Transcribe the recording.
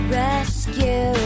rescue